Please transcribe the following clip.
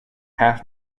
half